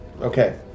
Okay